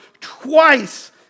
twice